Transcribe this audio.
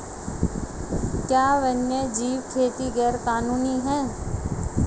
क्या वन्यजीव खेती गैर कानूनी है?